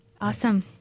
awesome